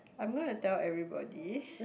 I'm gonna tell everybody